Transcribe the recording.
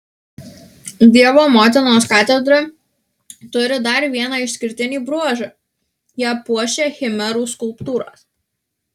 dievo motinos katedra turi dar vieną išskirtinį bruožą ją puošia chimerų skulptūros